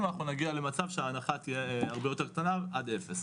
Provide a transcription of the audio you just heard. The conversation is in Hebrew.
אנחנו נגיע למצב שההנחה תהיה הרבה יותר קטנה ועד אפס.